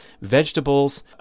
vegetables